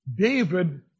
David